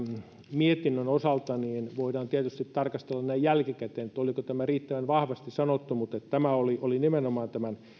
mietinnön osalta voidaan tietysti tarkastella näin jälkikäteen oliko tämä riittävän vahvasti sanottu mutta tämä oli oli nimenomaan tämän